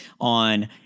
on